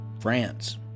France